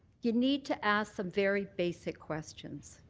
you need to ask the very basic questions.